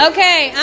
Okay